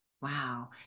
Wow